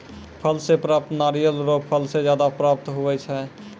फल से प्राप्त नारियल रो फल से ज्यादा प्राप्त हुवै छै